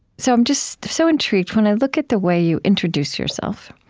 so i'm just so intrigued when i look at the way you introduce yourself.